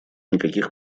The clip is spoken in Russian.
никаких